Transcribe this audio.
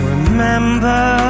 Remember